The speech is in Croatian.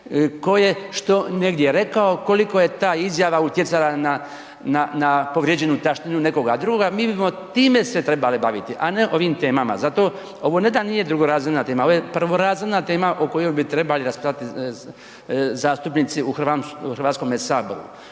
koje što negdje rekao, koliko je ta izjava utjecala na povrijeđenu taštinu nekoga drugoga, mi bi mo time se trebali baviti, a ne ovim temama. Zato ovo ne da nije drugorazredna tema, ovo je prvorazredna tema o kojoj bi trebali raspravljati zastupnici u Hrvatskom saboru,